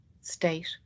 state